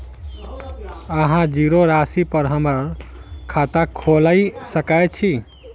अहाँ जीरो राशि पर हम्मर खाता खोइल सकै छी?